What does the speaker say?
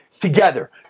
together